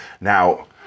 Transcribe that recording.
now